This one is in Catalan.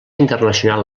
internacional